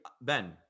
Ben